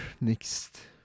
next